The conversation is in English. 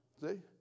See